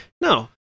No